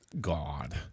God